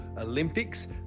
Olympics